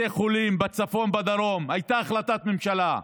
בתי חולים בצפון, בדרום, הייתה החלטת ממשלה,